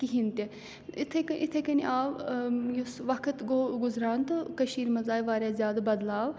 کِہیٖنۍ تہِ یِتھَے کٔنۍ یِتھَے کٔنۍ آو یُس وقت گوٚو گُزران تہٕ کٔشیٖرِ منٛز آیہِ واریاہ زیادٕ بدلاو